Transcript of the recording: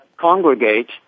congregate